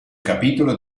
capitolo